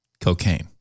cocaine